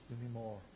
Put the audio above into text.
anymore